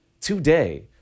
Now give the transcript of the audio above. today